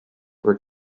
were